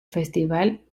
festival